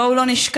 בואו לא נשכח,